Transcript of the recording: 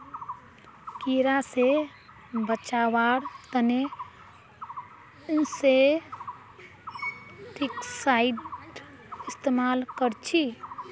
कीड़ा से बचावार तने इंसेक्टिसाइड इस्तेमाल कर छी